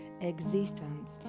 existence